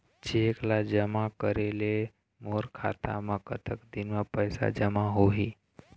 Cheque ला जमा करे ले मोर खाता मा कतक दिन मा पैसा जमा होही?